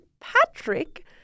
Patrick